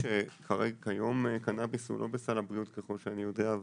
כיום קנאביס הוא לא בסל הבריאות, ככל שאני יודע,